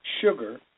sugar